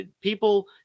people